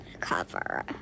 cover